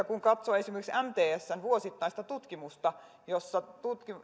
kun katsoo esimerkiksi mtsn vuosittaista tutkimusta jossa